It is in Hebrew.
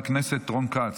חבר הכנסת רון כץ,